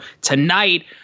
tonight